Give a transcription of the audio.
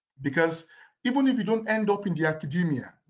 because even if you don't end up in the academia,